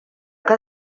que